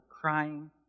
crying